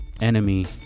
enemy